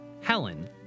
Helen